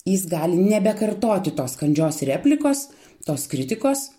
jis gali nebekartoti tos kandžios replikos tos kritikos